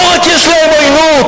לא רק יש להם עוינות,